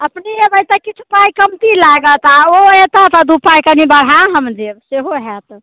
अपने एबै तऽ किछु पाइ कमती लागत ओ एता तऽ दू पाइ कनी बढ़ा हम देब सेहो होयत